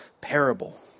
parable